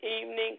evening